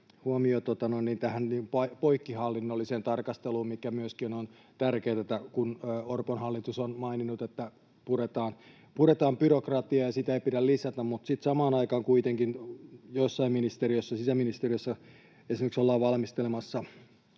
poikkihallinnolliseen tarkasteluun, mikä myöskin on tärkeätä. Orpon hallitus on maininnut, että puretaan byrokratiaa ja sitä ei pidä lisätä, mutta sitten samaan aikaan kuitenkin esimerkiksi sisäministeriössä ollaan valmistelemassa